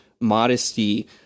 modesty